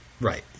Right